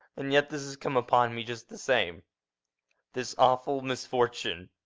and yet this has come upon me just the same this awful misfortune!